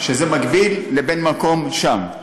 שזה מקביל לבן המקום שם,